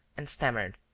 and stammered